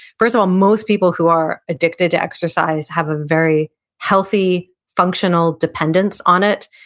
first of all, most people who are addicted to exercise have a very healthy, functional dependence on it,